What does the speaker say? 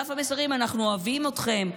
בדף המסרים: אנחנו אוהבים אתכם,